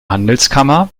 handelskammer